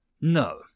No